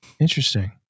Interesting